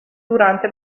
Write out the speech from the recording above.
durante